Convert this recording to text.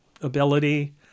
ability